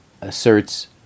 asserts